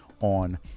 on